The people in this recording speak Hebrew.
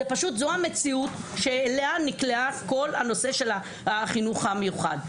זה פשוט זו המציאות שאליה נקלעה כל הנושא של החינוך המיוחד.